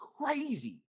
crazy